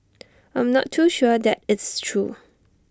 I'm not too sure that is true